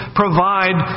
provide